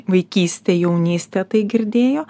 vaikystė jaunystė tai girdėjo